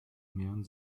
mehren